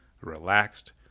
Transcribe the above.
relaxed